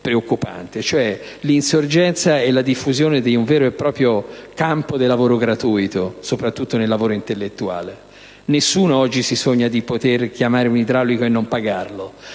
l'insorgenza e la diffusione di un vero e proprio campo di lavoro gratuito, soprattutto intellettuale. Nessuno oggi si sogna di chiamare un idraulico e di non pagarlo,